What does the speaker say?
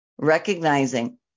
recognizing